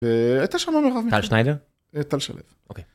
ו... היתה שמה... טל שניידר? טל שלו. אוקיי.